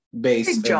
base